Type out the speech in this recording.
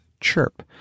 chirp